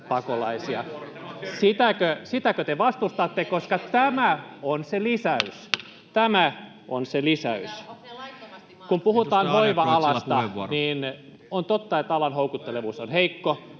Ovatko ne laittomasti maassa?] Kun puhutaan hoiva-alasta, niin on totta, että alan houkuttelevuus on heikko.